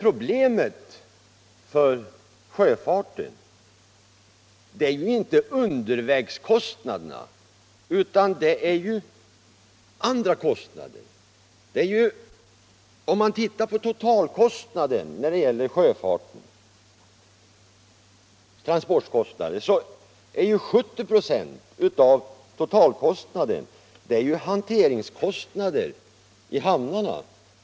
Problemet för sjöfarten är inte undervägskostnaderna utan andra kostnader. 70 96 av sjöfartens totala transportkostnader är hanteringskostnader i hamnarna.